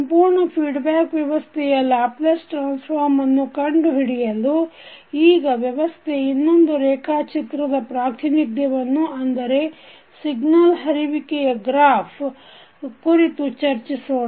ಸಂಪೂರ್ಣ ಫೀಡ್ಬ್ಯಾಕ್ ವ್ಯವಸ್ಥೆಯ Laplace transform ಅನ್ನು ಕಂಡುಹಿಡಿಯಲು ಈಗ ವ್ಯವಸ್ಥೆ ಇನ್ನೊಂದು ರೇಖಾ ಚಿತ್ರದ ಪ್ರಾತಿನಿಧ್ಯವನ್ನು ಅಂದರೆ ಸಿಗ್ನಲ್ ಹರಿವಿಕೆಯ ಗ್ರಾಫ್ ಕುರಿತು ಚರ್ಚಿಸೋಣ